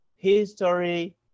history